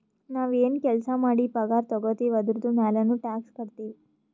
ನಾವ್ ಎನ್ ಕೆಲ್ಸಾ ಮಾಡಿ ಪಗಾರ ತಗೋತಿವ್ ಅದುರ್ದು ಮ್ಯಾಲನೂ ಟ್ಯಾಕ್ಸ್ ಕಟ್ಟತ್ತಿವ್